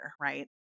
Right